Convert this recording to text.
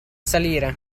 salire